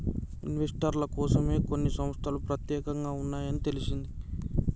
ఇన్వెస్టర్ల కోసమే కొన్ని సంస్తలు పెత్యేకంగా ఉన్నాయని తెలిసింది